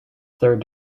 third